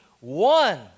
One